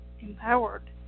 empowered